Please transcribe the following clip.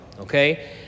okay